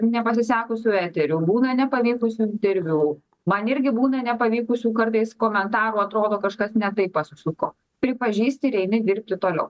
nepasisekusių eterių būna nepavykusių interviu man irgi būna nepavykusių kartais komentarų atrodo kažkas ne taip pasisuko pripažįsti ir eini dirbti toliau